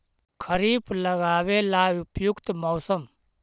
खरिफ लगाबे ला उपयुकत मौसम?